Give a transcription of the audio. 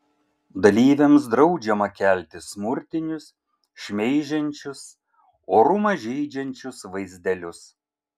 dalyviams draudžiama kelti smurtinius šmeižiančius orumą žeidžiančius vaizdelius